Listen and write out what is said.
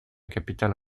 capitale